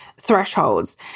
thresholds